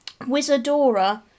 Wizardora